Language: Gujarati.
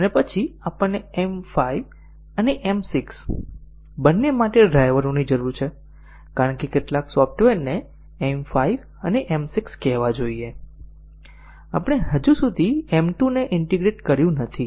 અને પછી આપણને M 5 અને M 6 બંને માટે ડ્રાઈવરોની જરૂર છે કારણ કે કેટલાક સોફ્ટવેરને M 5 અને M 6 કહેવા જોઈએ આપણે હજુ સુધી M 2 ને ઈન્ટીગ્રેટ કર્યું નથી